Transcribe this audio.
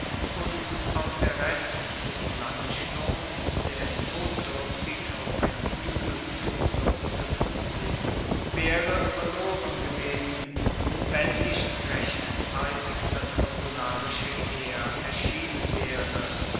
und auch der rest des landsturms der notduerftig auf einem huegel zuflucht gefunden waere verloren gewesen wenn nicht rechtzeitig das konsularische heer erschienen waere